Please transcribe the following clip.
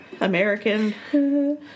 American